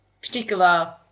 particular